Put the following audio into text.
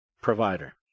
provider